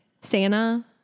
Santa